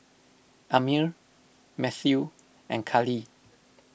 Amir Mathew and Cali